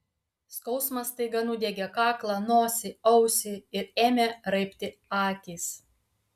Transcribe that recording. skausmas staiga nudiegė kaklą nosį ausį ir ėmė raibti akys